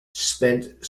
spent